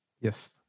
Yes